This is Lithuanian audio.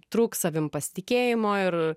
trūks savimi pasitikėjimo ir